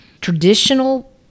traditional